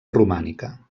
romànica